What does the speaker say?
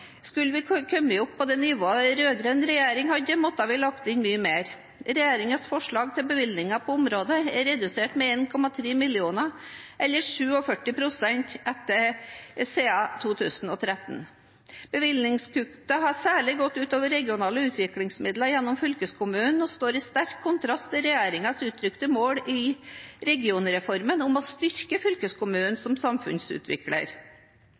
Skulle vi ha kommet opp på nivået under den rød-grønne regjeringen, måtte vi ha lagt inn mye mer. Regjeringens forslag til bevilgninger på området er redusert med 1,3 mrd. kr, eller 47 pst., siden 2013. Bevilgningskuttene har særlig gått ut over regionale utviklingsmidler gjennom fylkeskommunene og står i sterk kontrast til regjeringens uttrykte mål i regionreformen om å styrke fylkeskommunen som samfunnsutvikler.